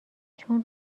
چون